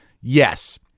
Yes